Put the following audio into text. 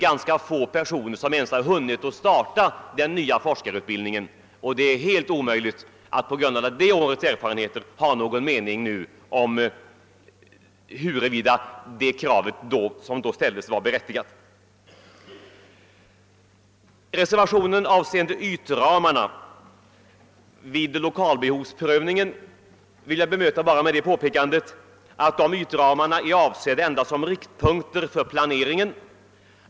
Ganska få personer har ens hunnit starta den nya forskarutbildningen, och det är därför helt omöjligt att på grund av detta års erfarenheter nu ha någon mening om huruvida det krav som då ställdes var berättigat. Reservationen avseende ytramarna vid lokalbehovsprövningen vill jag bemöta endast med det påpekandet att ytramarna är avsedda endast som riktpunkter för planeringen.